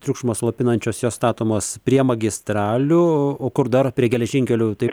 triukšmą slopinančios jos statomos prie magistralių o kur dar prie geležinkelių taip